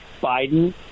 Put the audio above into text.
Biden